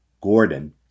Gordon